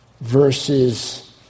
verses